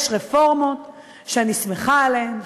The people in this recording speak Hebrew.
יש רפורמות שאני שמחה עליהן,